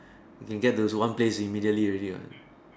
you can get to one place immediately ready ah